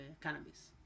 cannabis